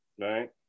right